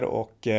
och